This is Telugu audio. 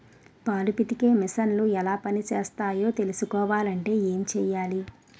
పాలు పితికే మిసన్లు ఎలా పనిచేస్తాయో తెలుసుకోవాలంటే ఏం చెయ్యాలి?